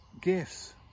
gifts